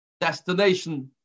destination